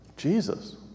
Jesus